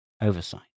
oversight